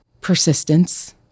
Persistence